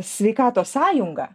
sveikatos sąjunga